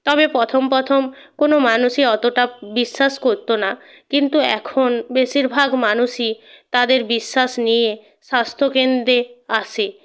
তবে প্রথম প্রথম কোনো মানুষই অতটা বিশ্বাস করত না কিন্তু এখন বেশিরভাগ মানুষই তাদের বিশ্বাস নিয়ে স্বাস্থ্যকেন্দ্রে আসে